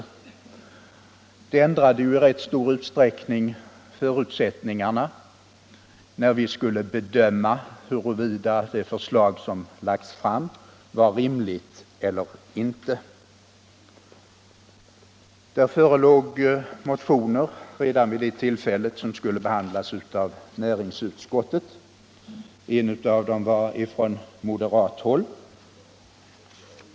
Det ändrade i rätt stor utsträckning förutsättningarna när vi skulle bedöma huruvida det förslag som lagts fram var rimligt eller inte. Det förelåg motioner vilka skulle behandlas av näringsutskottet. En av dem är från moderat håll.